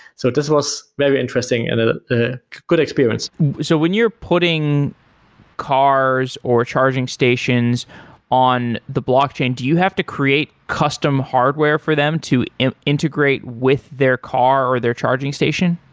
so this was very interesting and a good experience so when you're putting cars or charging stations on the blockchain, do you have to create custom hardware for them to integrate with their car or their charging station?